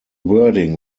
wording